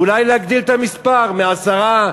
ואולי להגדיל את המספר מעשרה,